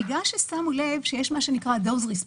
שמו לב שיש מה שנקרא Doze response